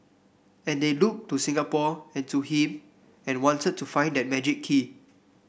and they looked to Singapore and to him and wanted to find that magic key